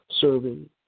serving